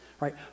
right